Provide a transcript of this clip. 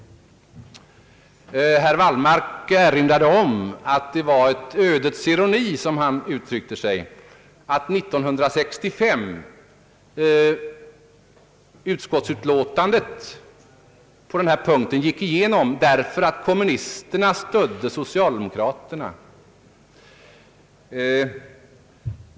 Herr Wallmark erinrade om att det var en ödets ironi, som han uttryckte sig, att utskottsutlåtandet år 1965 på denna punkt gick igenom därför att kommunisterna stödde socialdemokraterna.